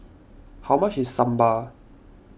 how much is Sambar